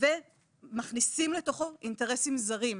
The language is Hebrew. ומכניסים לתוכו אינטרסים זרים.